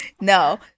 No